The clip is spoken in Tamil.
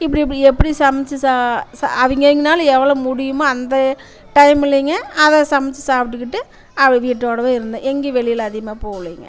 இப்படி இப்படி எப்படி சமைச்சு அவங்க அவங்கனால எவ்வளோ முடியுமோ அந்த டைம்லிங்க அதை சமைச்சு சாப்பிடுகிட்டு அப்படி வீட்டோடவே இருந்தேன் எங்கேயும் வெளியில் அதிகமாக போவலிங்க